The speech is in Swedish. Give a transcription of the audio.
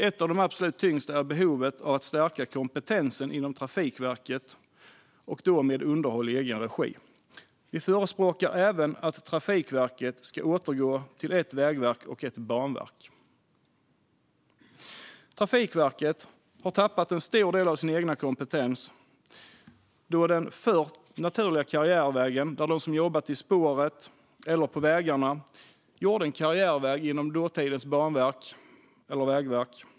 Ett av de absolut tyngsta handlar om behovet av att stärka kompetensen inom Trafikverket när det gäller underhåll i egen regi. Vi förespråkar även att Trafikverket ska återgå till att vara ett vägverk och ett banverk. Trafikverket har tappat en stor del av sin egen kompetens, då den förr naturliga karriärvägen försvunnit där de som jobbat i spåret eller på vägarna gjorde en karriärväg inom dåvarande Banverket eller Vägverket.